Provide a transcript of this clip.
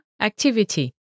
activity